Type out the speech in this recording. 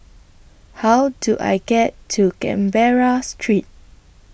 How Do I get to Canberra Street